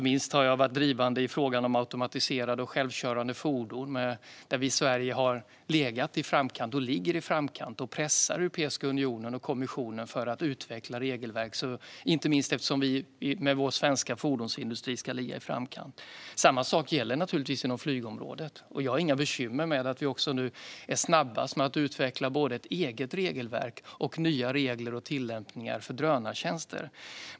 Jag har varit drivande i frågan om automatiserade och självkörande fordon, där vi i Sverige har legat i framkant och där vi ligger i framkant och pressar Europeiska unionen och kommissionen att utveckla regelverk, inte minst eftersom vi med vår svenska fordonsindustri ska ligga i framkant. Samma sak gäller naturligtvis inom flygområdet. Jag har inga bekymmer med att vi nu är snabbast med att utveckla både ett eget regelverk och nya regler och tillämpningar för drönartjänster.